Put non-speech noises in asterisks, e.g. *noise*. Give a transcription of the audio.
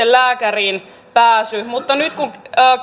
*unintelligible* lääkäriin pääsy mutta nyt kun